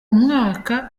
umwaka